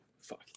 fuck